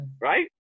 Right